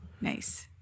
nice